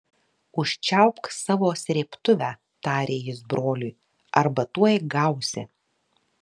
užčiaupk savo srėbtuvę tarė jis broliui arba tuoj gausi